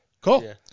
Cool